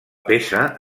peça